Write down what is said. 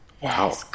Wow